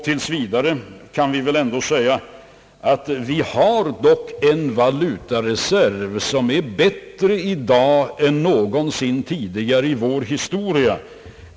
Tills vidare kan vi väl ändå säga att vi dock har en valutareserv som i dag är bättre än någonsin tidigare i vår historia.